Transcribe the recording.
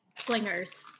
flingers